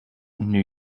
new